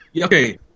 Okay